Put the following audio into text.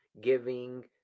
giving